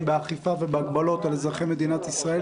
באכיפה ובהגבלות על אזרחי מדינת ישראל,